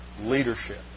leadership